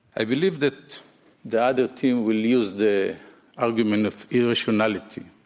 i believe that the other team will use the argument of irrationality.